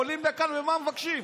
עולים לכאן ומה מבקשים?